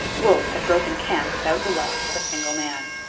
wolfe had broken camp without the loss of a single man.